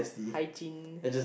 hygiene